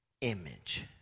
image